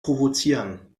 provozieren